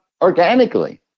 organically